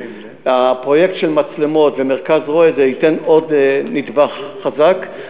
הפרויקט של מצלמות ומרכז רב-תחומי ייתן עוד נדבך חזק,